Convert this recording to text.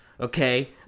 okay